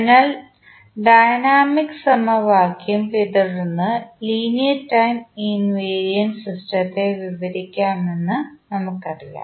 അതിനാൽ ഡൈനാമിക് സമവാക്യം പിന്തുടർന്ന് ലീനിയർ ടൈം ഇൻവേരിയൻറെ സിസ്റ്റത്തെ വിവരിക്കാമെന്ന് നമുക്കറിയാം